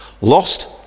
Lost